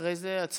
ואחרי זה, הצבעה.